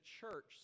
church